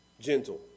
Gentle